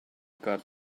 got